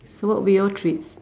so what were your treats